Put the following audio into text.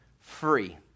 Free